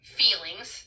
feelings –